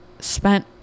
spent